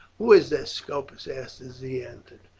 who is this? scopus asked as he entered.